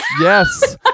Yes